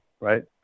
Right